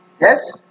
Yes